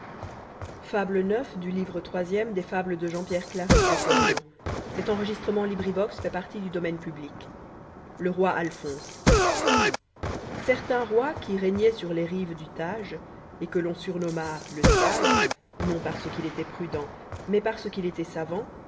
le roi alphonse c eu t ain roi qui régnoit sur les rives du tage et que l'on surnomma te sage non parce qu'il étoit prudent mais parce qu'il était savant